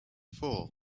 four